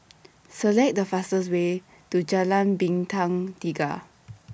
Select The fastest Way to Jalan Bintang Tiga